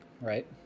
Right